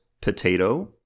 potato